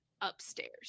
upstairs